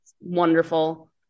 wonderful